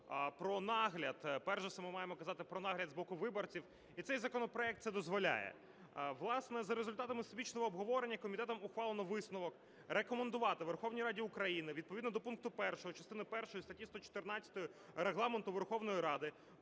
про нагляд, перш за все ми маємо казати про нагляд з боку виборців, і цей законопроект це дозволяє. Власне, за результатами всебічного обговорення комітетом ухвалено висновок: рекомендувати Верховній Раді України відповідно до пункту 1 частини першої статті 114 Регламенту Верховної Ради